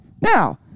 Now